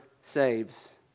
saves